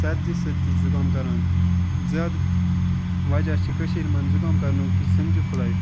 سَردی سۭتۍ تہِ چھُ زُکام کَران زیادٕ وَجہہ چھُ کٔشیٖرٕ مَنٛز زُکام کَرنُک یہٕ ژھِنجو فٕلے